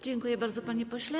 Dziękuję bardzo, panie pośle.